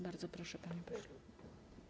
Bardzo proszę, panie pośle.